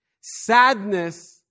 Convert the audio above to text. Sadness